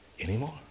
anymore